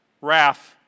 wrath